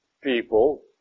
people